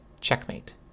checkmate